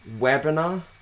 webinar